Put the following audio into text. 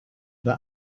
the